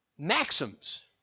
Maxims